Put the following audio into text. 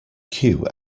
queue